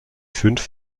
fünf